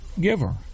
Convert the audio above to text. giver